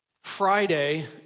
Friday